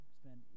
spend